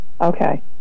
Okay